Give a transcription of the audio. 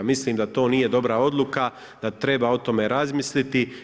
Mislim da to nije dobra odluka, da treba o tome razmisliti.